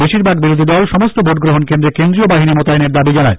বেশিরভাগ বিরোধী দল সমস্ত ভোটগ্রহণ কেন্দ্রে কেন্দ্রীয় বাহিনী মোতায়েনের দাবি জানায়